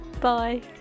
Bye